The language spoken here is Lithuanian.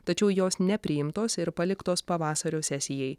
tačiau jos nepriimtos ir paliktos pavasario sesijai